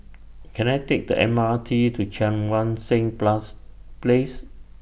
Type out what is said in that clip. Can I Take The M R T to Cheang Wan Seng Plus Place